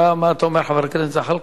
אתה, מה אתה אומר, חבר הכנסת זחאלקה?